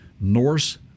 Norse